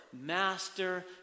Master